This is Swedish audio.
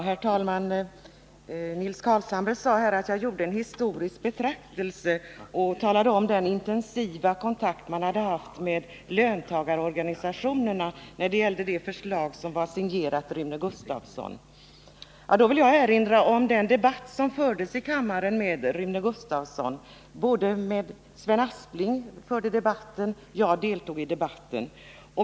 Herr talman! Nils Carlshamre sade att jag gjorde en historisk betraktelse och talade om den intensiva kontakt man hade haft med löntagarorganisationerna när det gällde det förslag som var signerat Rune Gustavsson. Jag vill då erinra om den debatt som både Sven Aspling och jag förde med Rune Gustavsson i kammaren.